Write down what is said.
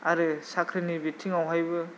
आरो साख्रिनि बिथिङावहायबो